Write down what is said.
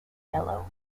yellow